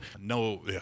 No